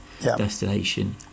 destination